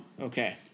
Okay